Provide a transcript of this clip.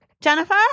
Jennifer